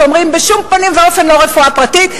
שאומרים: בשום פנים ואופן לא רפואה פרטית,